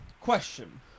Question